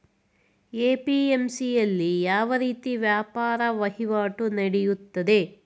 APMC ಯಲ್ಲಿ ಯಾವ ರೀತಿ ವ್ಯಾಪಾರ ವಹಿವಾಟು ನೆಡೆಯುತ್ತದೆ?